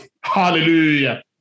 Hallelujah